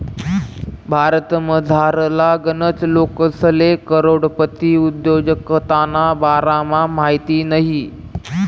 भारतमझारला गनच लोकेसले करोडपती उद्योजकताना बारामा माहित नयी